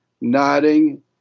nodding